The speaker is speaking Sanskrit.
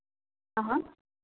हा